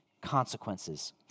consequences